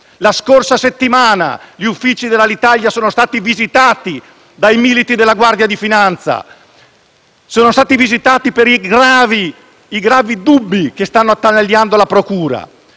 La scorsa settimana gli uffici dell'Alitalia sono stati visitati dai militi della Guardia di finanza per i gravi dubbi che stanno attanagliando la procura.